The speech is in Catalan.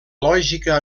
lògica